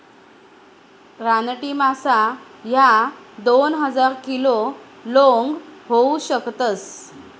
रानटी मासा ह्या दोन हजार किलो लोंग होऊ शकतस